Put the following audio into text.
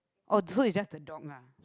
oh so it's just the dog lah